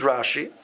Rashi